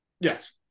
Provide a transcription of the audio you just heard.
Yes